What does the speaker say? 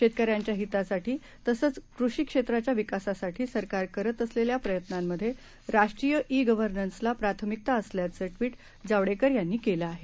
शेतकऱ्यांच्या हितासाठी तसंच कृषीक्षेत्राच्या विकासाठी सरकार करत असलेल्या प्रयत्नामध्ये राष्ट्रीय ई गर्व्हनन्सला प्राथमिकता असल्याचं ट्विट जावडेकर यांनी केलं आहे